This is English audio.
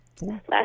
Last